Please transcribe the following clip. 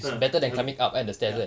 ah coming up ya